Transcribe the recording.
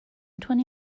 twenty